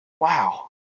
wow